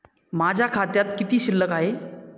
माझ्या खात्यात किती शिल्लक आहे?